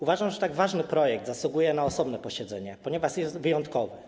Uważam, że tak ważny projekt zasługuje na osobne posiedzenie, ponieważ jest wyjątkowy.